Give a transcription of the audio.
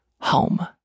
home